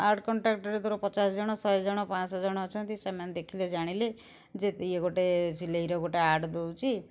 add କଣ୍ଟାକ୍ଟରେ ଧର ପଚାଶ ଜଣ ଶହେ ଜଣ ପାଁଶହ ଜଣ ଅଛନ୍ତି ସେମାନେ ଦେଖିଲେ ଜାଣିଲେ ଯେ ୟେ ଗୋଟେ ସିଲେଇର ଗୋଟେ ଆଡ଼୍ ଦେଉଛି